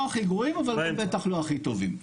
לא הכי גרועים, אבל בטח לא הכי טובים.